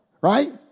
right